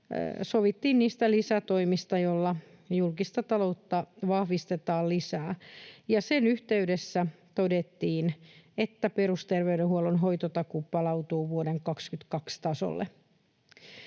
sovittiin niistä lisätoimista, joilla julkista taloutta vahvistetaan lisää. Sen yhteydessä todettiin, että perusterveydenhuollon hoitotakuu palautuu vuoden 22 tasolle.